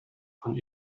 von